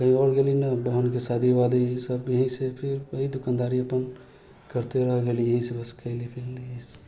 कहीँ आओर गेली नहि बहिनके शादी वादी सब यहीँसँ फेर इएह दोकानदारी अपन करिते रहि गेली यहीँसँ बस कएली